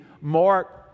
Mark